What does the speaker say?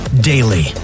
daily